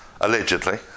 allegedly